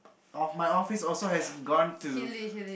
of my office also has gone to